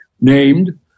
named